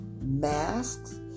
masks